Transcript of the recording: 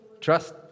Trust